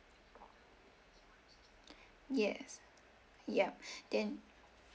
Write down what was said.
yes yup then